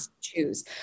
choose